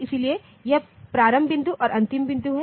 इसलिए यह प्रारंभ बिंदु और अंतिम बिंदु है